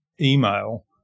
email